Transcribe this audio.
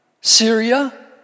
Syria